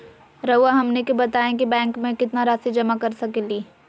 रहुआ हमनी के बताएं कि बैंक में कितना रासि जमा कर सके ली?